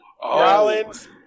Rollins